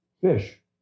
fish